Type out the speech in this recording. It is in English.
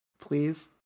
Please